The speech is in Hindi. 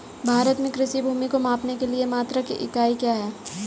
भारत में कृषि भूमि को मापने के लिए मात्रक या इकाई क्या है?